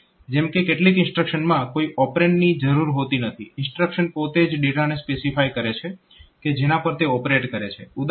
જેમ કે કેટલીક ઇન્સ્ટ્રક્શન્સમાં કોઈ ઓપરેન્ડની જરૂર હોતી નથી ઇન્સ્ટ્રક્શન પોતે જ ડેટાને સ્પેસિફાય કરે છે કે જેના પર તે ઓપરેટ કરે છે